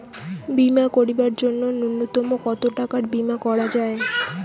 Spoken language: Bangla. বীমা করিবার জন্য নূন্যতম কতো টাকার বীমা করা যায়?